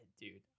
dude